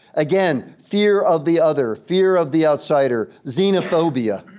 again, fear of the other, fear of the outsider, xenophobia.